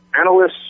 Analysts